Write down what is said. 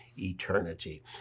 eternity